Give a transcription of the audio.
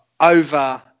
over